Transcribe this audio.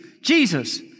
Jesus